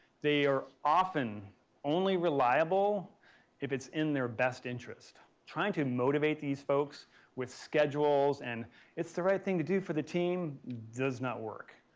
they are often only reliable if it's in their best interest. trying to motivate these folks with schedules and the it's the right thing to do for the team, does not work.